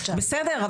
בסדר,